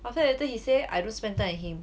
after that later he say I don't spend time with him